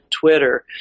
Twitter